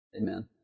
Amen